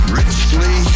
richly